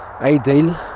ideal